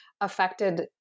affected